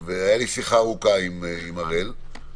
הייתה לי שיחה ארוכה עם הראל שליסל,